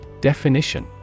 Definition